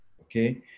okay